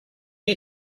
you